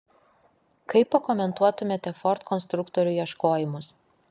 kaip pakomentuotumėte ford konstruktorių ieškojimus